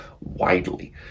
widely